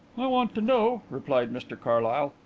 i want to know, replied mr carlyle,